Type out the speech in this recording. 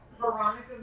veronica